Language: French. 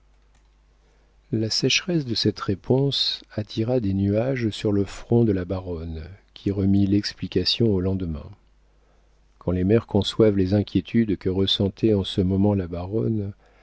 la sécheresse de cette réponse attira des nuages sur le front de la baronne qui remit l'explication au lendemain quand les mères conçoivent les inquiétudes que ressentait en ce moment la baronne